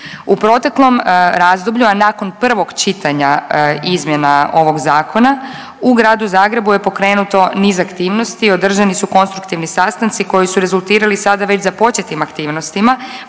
U proteklom razdoblju, a nakon prvog čitanja izmjena ovog zakona u Gradu Zagrebu je pokrenuto niz aktivnosti i održani su konstruktivni sastanci koji su rezultirali sada već započetim aktivnostima,